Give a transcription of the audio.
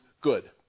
good